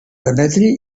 demetri